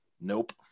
Nope